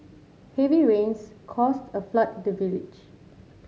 heavy rains caused a flood in the village